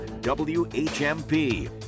WHMP